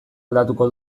aldatuko